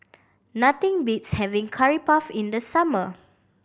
nothing beats having Curry Puff in the summer